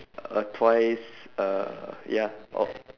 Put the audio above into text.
uh twice uh ya